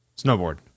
Snowboard